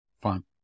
fine